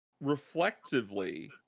reflectively